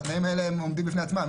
והתנאים האלה עומדים בפני עצמם.